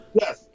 Yes